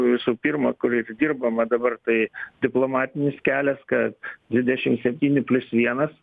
visų pirma kuriais dirbama dabar tai diplomatinis kelias kad dvidešim septyni plius vienas